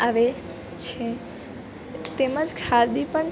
આવે છે તેમજ ખાદી પણ